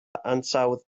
ansawdd